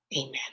amen